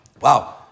Wow